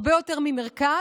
הרבה יותר ממרכז.